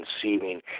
conceiving